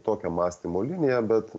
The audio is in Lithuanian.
tokio mąstymo linija bet